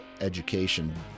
education